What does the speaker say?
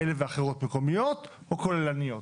כאלה ואחרות, מקומית או כוללניות.